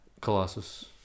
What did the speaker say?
Colossus